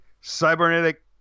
cybernetic